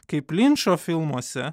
kaip linčo filmuose